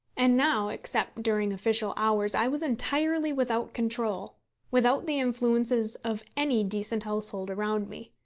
and now, except during official hours, i was entirely without control without the influences of any decent household around me.